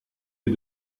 est